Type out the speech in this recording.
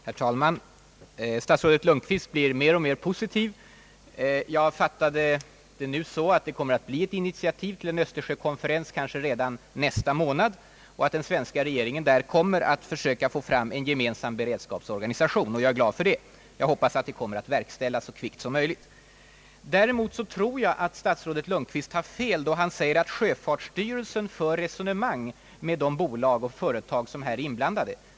Herr talman! Statsrådet Lundkvist blir mer och mer positiv. Jag fattade det nu så att det kommer att bli ett initiativ till en öÖöstersjökonferens kanske redan nästa månad och att svenska regeringen därvid kommer att försöka få fram en gemensam beredskapsorganisation. Jag är glad för det. Jag hoppas att det kommer att verkställas så snabbt som möjligt. Däremot tror jag att statsrådet Lundkvist tar fel när han säger att sjöfartsstyrelsen för resonemang med de bolag och företag som här är inblandade.